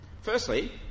Firstly